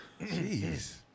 Jeez